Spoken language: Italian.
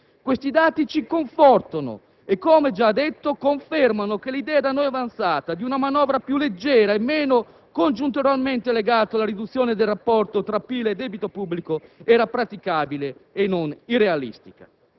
Questi dati ci confortano e, come già detto, confermano che l'idea da noi avanzata di una manovra più leggera e meno congiunturalmente legata alla riduzione del rapporto tra PIL e debito pubblico era praticabile e non irrealistica.